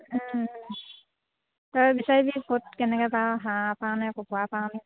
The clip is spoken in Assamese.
তই বিচাৰিবি ক'ত কেনেকৈ পাৱ হাঁহ পাৱনে কুকুৰা পাৱনে